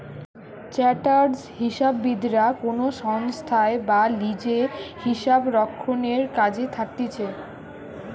chartered হিসাববিদরা কোনো সংস্থায় বা লিজে হিসাবরক্ষণের কাজে থাকতিছে